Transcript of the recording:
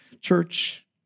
church